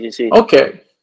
Okay